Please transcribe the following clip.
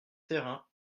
thérain